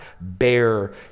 bear